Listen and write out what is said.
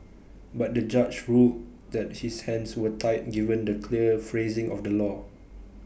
but the judge ruled that his hands were tied given the clear phrasing of the law